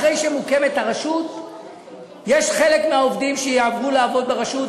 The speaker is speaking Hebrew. אחרי שמוקמת הרשות חלק מהעובדים יעברו לעבוד ברשות,